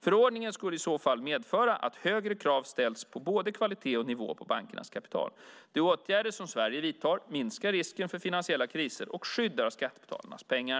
Förordningen skulle i så fall medföra att högre krav ställs på både kvaliteten och nivån på bankernas kapital. De åtgärder som Sverige vidtar minskar risken för finansiella kriser och skyddar skattebetalarnas pengar.